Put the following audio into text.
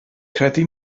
credu